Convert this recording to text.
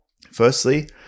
Firstly